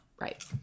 Right